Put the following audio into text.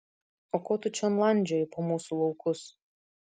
o ko tu čion landžioji po mūsų laukus